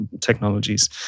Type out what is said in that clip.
technologies